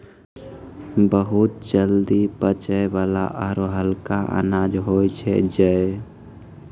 बहुत जल्दी पचै वाला आरो हल्का अनाज होय छै जई